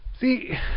See